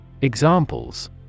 Examples